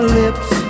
lips